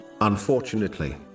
Unfortunately